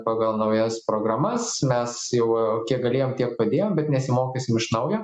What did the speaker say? pagal naujas programas mes jau kiek galėjom tiek padėjom bet nesimokysim iš naujo